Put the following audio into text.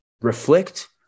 Reflect